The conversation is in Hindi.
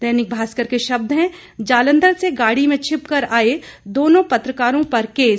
दैनिक भास्कर के शब्द हैं जालंधर से गाड़ी में छिपकर आए दोनों पत्रकारों पर केस